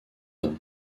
nom